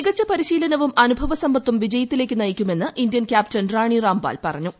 മികച്ച പരിശീലനവും അനുഭവസമ്പത്തും വിജയത്തിലേക്ക് നയിക്കുമെന്ന് ഇന്ത്യൻ ക്യാപ്റ്റൻ റാണി റാംപാൽ പറഞ്ഞു